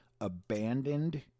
abandoned